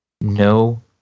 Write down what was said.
no